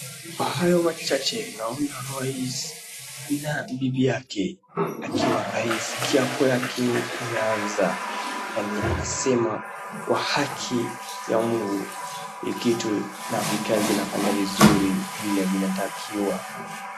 Hayo machache, naona rais na bibi yake akiwa rais. Kiapo yake imeanza, yaani anasema, kwa haki ya Mungu hii kitu na hii kazi nafanya vizuri vilevile ata akiwa.